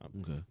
Okay